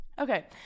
Okay